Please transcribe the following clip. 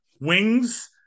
wings